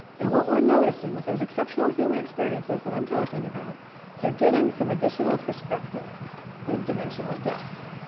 and what we're noticing what those exceptional human experiences that i'm talking about is you're getting some additional perspective with dimensional depth.